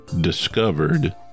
discovered